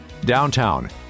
Downtown